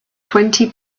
twenty